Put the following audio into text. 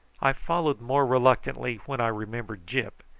i followed more reluctantly when i remembered gyp,